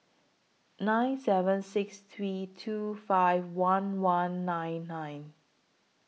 six seven six three two five one one nine nine